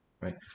right